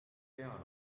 peale